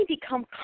become